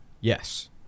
Yes